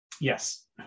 Yes